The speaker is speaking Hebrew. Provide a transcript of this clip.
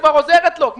הוא זכאי.